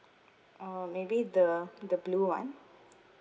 uh maybe the the blue one